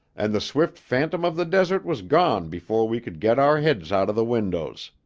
and the swift phantom of the desert was gone before we could get our heads out of the windows.